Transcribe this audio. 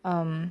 um